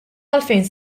għalfejn